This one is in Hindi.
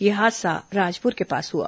यह हादसा राजपुर के पास हुआ